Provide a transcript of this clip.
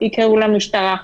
יקראו למשטרה.